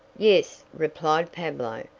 yes, replied pablo,